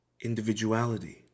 individuality